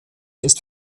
ist